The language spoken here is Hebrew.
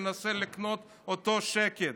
מנסה לקנות את אותו שקט.